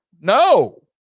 No